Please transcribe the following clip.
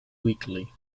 weakly